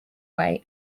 way